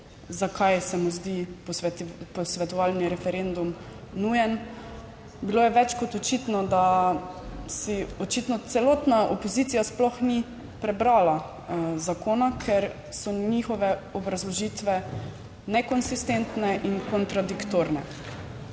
zakaj se mu zdi posvetovalni referendum nujen. Bilo je več kot očitno, da si očitno celotna opozicija sploh ni prebrala zakona, ker so njihove obrazložitve nekonsistentne in kontradiktorne.